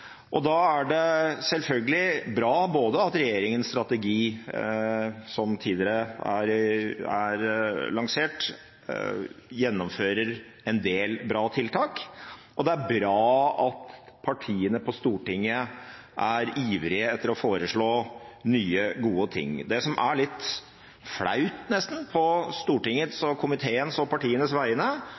Da er det selvfølgelig både bra at regjeringens strategi, som tidligere er lansert, gjennomfører en del bra tiltak og bra at partiene på Stortinget er ivrige etter å foreslå nye, gode ting. Det som er litt flaut, nesten, på Stortingets, komiteens og partienes vegne,